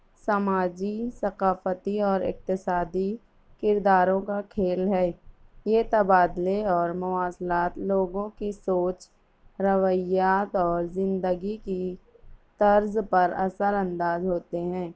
سماجی ثقافتی اور اقتصادی کرداروں کا کھیل ہے یہ تبادلے اور مواصلات لوگوں کی سوچ رویات اور زندگی کی طرز پر اثرانداز ہوتے ہیں